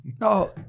no